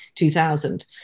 2000